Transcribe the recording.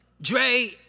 Dre